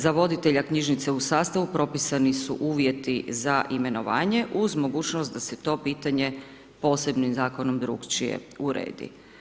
Za voditelja knjižnice u sastavu propisani su uvjeti za imenovanje uz mogućnost da se to pitanje posebnim zakonom drukčije uredi.